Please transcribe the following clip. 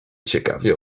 ciekawie